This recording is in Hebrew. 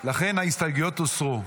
לכן ההסתייגויות הוסרו.